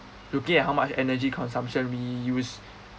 looking at how much energy consumption we use